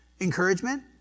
encouragement